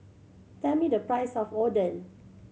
tell me the price of Oden